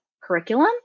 curriculum